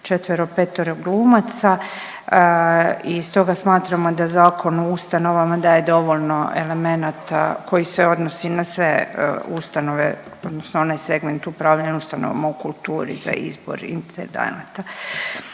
četvero, petero glumaca i stoga smatramo da Zakon o ustanovama, da je dovoljno elemenata koji se odnosi na sve ustanove odnosno one segmente upravljanja ustanovama u kulturi za izbor intendanata.